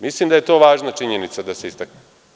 Mislim da je to važna činjenica da se istakne.